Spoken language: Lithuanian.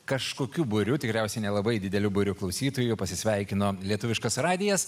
kažkokiu būriu tikriausiai nelabai dideliu būriu klausytojų pasisveikino lietuviškas radijas